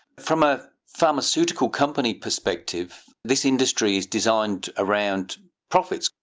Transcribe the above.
from a pharmaceutical company prospective, this industry is designed around profits.